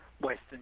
Western